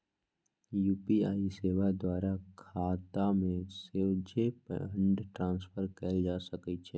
UPI सेवा द्वारा खतामें सोझे फंड ट्रांसफर कएल जा सकइ छै